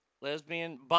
lesbian